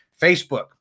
Facebook